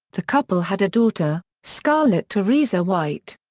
the couple had a daughter, scarlett teresa white.